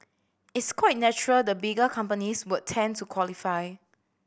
it's quite natural the bigger companies would tend to qualify